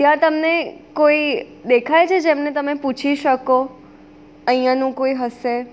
ત્યાં તમને કોઈ દેખાય છે જેમને તમે પૂછી શકો અહીંયાનું કોઈ હશે